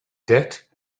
debt